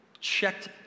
checked